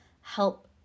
help